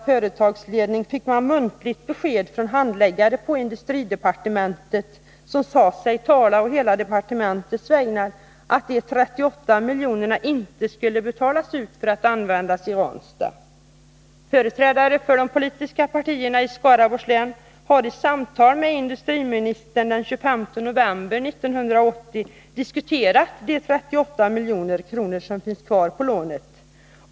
fick man muntligt besked från handläggare på industridepartementet, som sade sig tala å hela departementets vägnar, att de ännu icke utnyttjade 38 miljonerna inte skulle betalas ut för att användas i Ranstad. Företrädare för de politiska partierna i Skaraborgs län har i samtal med industriministern den 25 november 1980 diskuterat dessa 38 milj.kr. som finns kvar på lånet.